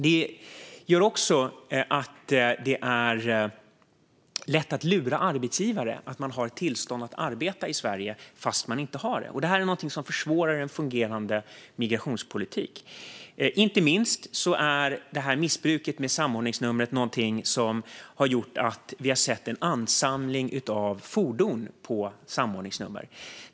Den bristande kontrollen gör också att det är lätt att lura arbetsgivare att man har tillstånd att arbeta i Sverige fast man inte har det. Detta är någonting som försvårar en fungerande migrationspolitik. Inte minst är detta missbruk med samordningsnummer någonting som har gjort att vi har sett en ansamling av fordon registrerade på samordningsnummer.